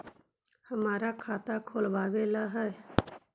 हमरा खाता खोलाबे ला है?